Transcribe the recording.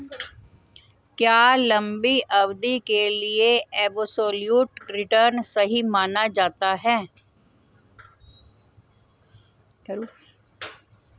क्या लंबी अवधि के लिए एबसोल्यूट रिटर्न सही माना जाता है?